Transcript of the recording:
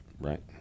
right